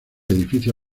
edificio